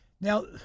Now